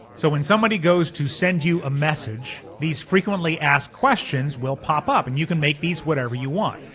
so when somebody goes to send you a message, these frequently asked questions will pop up and you can make these whatever you want.